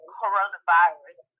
coronavirus